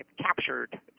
captured